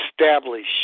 establish